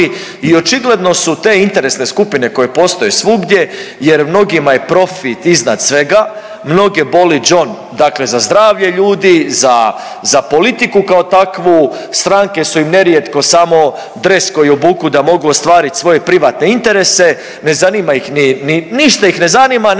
i očigledno su te interesne skupine koje postoje svugdje jer mnogima je profit iznad svega, mnoge boli đon dakle, za zdravlje ljudi, za, za politiku kao takvu, stranke su im nerijetko samo dres koji obuku da mogu ostvarit svoje privatne interese, ne zanima ih ni, ni, ništa ih ne zanima nego,